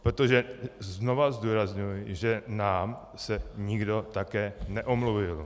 Protože znovu zdůrazňuji, že nám se nikdo také neomluvil.